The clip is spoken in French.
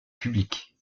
public